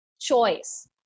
choice